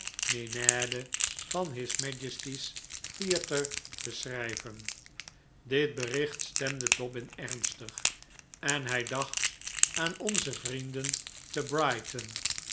van his majesty's theatre te schrijven dit bericht stemde dobbin ernstig en hij dacht aan onze vrienden te brighton